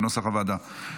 כנוסח הוועדה.